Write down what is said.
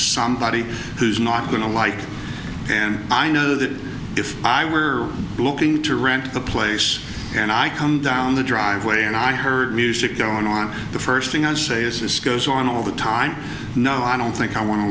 somebody who's not going to like and i know that if i were looking to rent the place and i come down the driveway and i heard music going on the for first thing i'd say is this goes on all the time no i don't think i want to